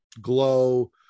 Glow